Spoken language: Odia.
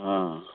ହଁ